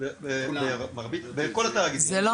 בכל התאגידים.